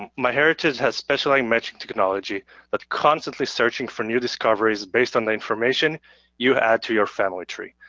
myheritage has specialized matching technology that's constantly searching for new discoveries based on the information you add to your family tree.